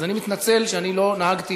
אז אני מתנצל על שלא נהגתי